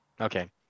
Okay